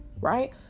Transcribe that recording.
right